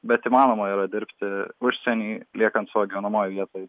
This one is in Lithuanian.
bet įmanoma yra dirbti užsieny liekant savo gyvenamoj vietoj